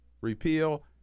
repeal